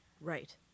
Right